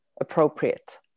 appropriate